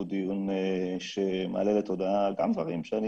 הוא דיון שמעלה לתודעה גם דברים שאני